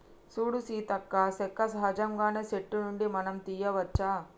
సూడు సీతక్క సెక్క సహజంగానే సెట్టు నుండి మనం తీయ్యవచ్చు